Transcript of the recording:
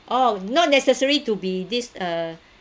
oh not necessary to be this uh